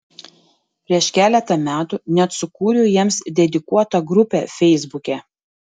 prieš keletą metų net sukūriau jiems dedikuotą grupę feisbuke